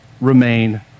remain